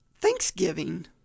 Thanksgiving